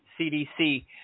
CDC